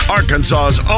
Arkansas's